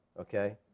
Okay